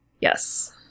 Yes